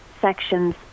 sections